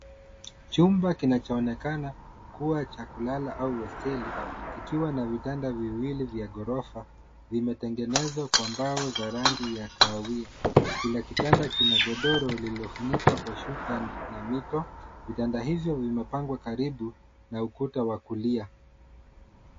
Chumba kinachoonekana kuwa cha kulala au hosteli; kikiwa na vitanda viwili vya gorofa, vimetengenezwa kwa mbao za rangi ya kahawia. Kila kitanda kina godoro lililofunikwa kwa shuka na mito. Vitanda hivyo vimepangwa karibu na ukuta wa kulia.